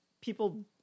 people